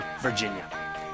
Virginia